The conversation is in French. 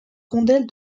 rondelles